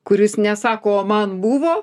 kuris nesako o man buvo